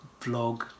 vlog